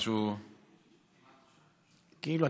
כאילו,